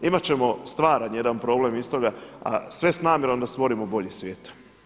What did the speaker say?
Imat ćemo stvaran jedan problem iz toga a sve s namjerom da stvorimo bolji svijet.